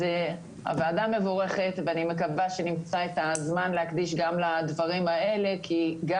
אז הוועדה מבורכת ואני מקווה שנמצא את הזמן להקדיש גם לדברים האלה כי גם